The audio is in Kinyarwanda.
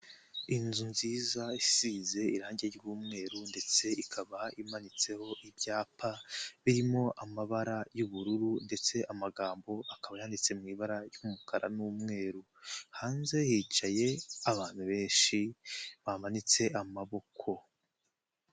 Inzu nziza isize irangi ry'umweru, ndetse ikaba imanitseho ibyapa birimo amabara y'ubururu ndetse amagambo akaba yanditse mu ibara ry'umukara n'umweru, hanze hicaye abantu benshi bamanitse amaboko.